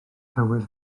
tywydd